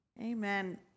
Amen